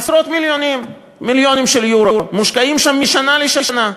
עשרות מיליונים של יורו מושקעים שם מדי שנה בשנה.